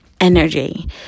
Energy